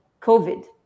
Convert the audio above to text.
COVID